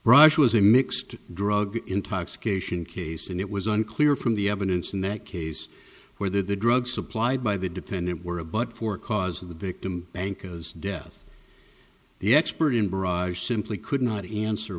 rush was a mixed drug intoxication case and it was unclear from the evidence in that case whether the drugs supplied by the defendant were a but for cause of the victim bankas death the expert in barrage simply could not answer